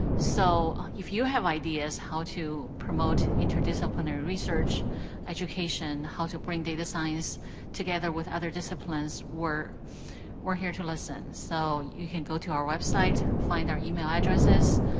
so, if you have ideas how to promote interdisciplinary research education, how to bring data science together with other disciplines, we're we're here to listen. so, you can go to our website, find our email addresses.